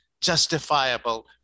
justifiable